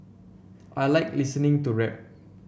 I like listening to rap